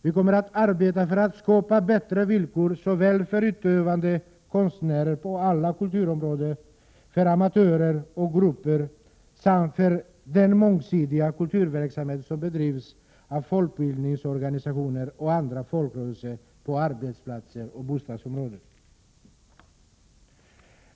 Vi kommer att arbeta för att skapa bättre villkor såväl för utövande konstnärer på alla kulturområden, för amatörer och grupper som för den mångsidiga kulturverksamhet som bedrivs av folkbildningsorganisationer och andra folkrörelser, på arbetsplatser och i bostadsområden.